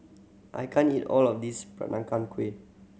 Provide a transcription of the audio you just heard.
I can't eat all of this Peranakan Kueh